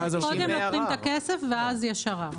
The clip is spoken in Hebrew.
קודם לוקחים את הכסף ואז יש ערער.